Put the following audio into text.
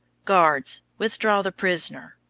guards, withdraw the prisoner!